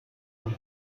man